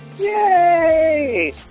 Yay